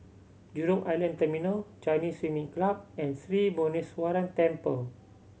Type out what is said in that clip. Jurong Island Terminal Chinese Swimming Club and Sri Muneeswaran Temple